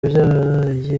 byarabaye